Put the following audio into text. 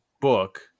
book